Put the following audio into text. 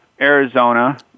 Arizona